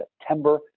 September